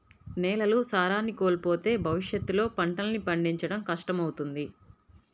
నేలలు సారాన్ని కోల్పోతే భవిష్యత్తులో పంటల్ని పండించడం కష్టమవుతుంది